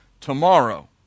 tomorrow